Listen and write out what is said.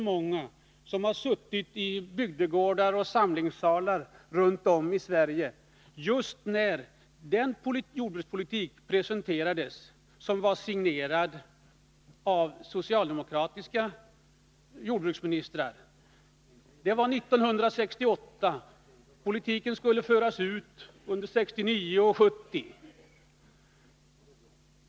Många har suttit i bygdegårdar och samlingssalar överallt i Sverige just när den jordbrukspolitik presenterades som signerats av socialdemokratiska jordbruksministrar. Det var 1968. Politiken skulle börja tillämpas under 1969 och 1970.